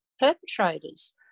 perpetrators